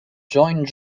joined